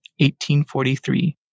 1843